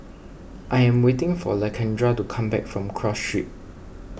I am waiting for Lakendra to come back from Cross Street